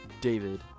David